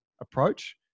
approach